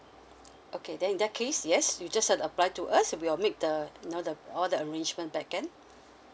okay then in that case yes you just apply to us we will make the you know the all the arrangement backhand